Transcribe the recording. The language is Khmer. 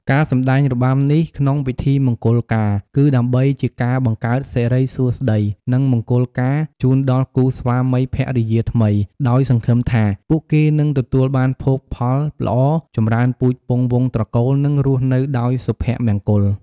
ការសម្តែងរបាំនេះក្នុងពិធីមង្គលការ គឺដើម្បីជាការបង្កើតសិរីសួស្ដី និងមង្គលការជូនដល់គូស្វាមីភរិយាថ្មី ដោយសង្ឃឹមថាពួកគេនឹងទទួលបានភោគផលល្អ ចម្រើនពូជពង្សវង្សត្រកូល និងរស់នៅដោយសុភមង្គល។